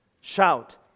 Shout